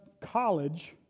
College